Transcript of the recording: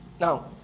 Now